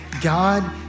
God